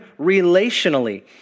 relationally